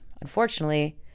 unfortunately